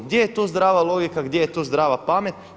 Gdje je tu zdrava logika, gdje je stu zdrava pamet?